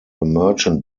merchant